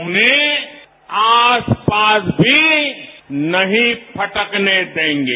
उन्हें आसपास भी नहीं फटकने देंगे